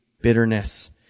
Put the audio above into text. bitterness